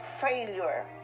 failure